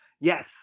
Yes